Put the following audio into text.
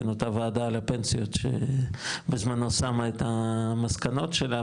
אותה ועדה לפנסיות שבזמנו שמה את המסקנות שלה,